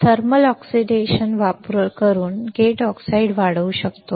thermal oxidation वापरून आपण gate oxide वाढू शकतो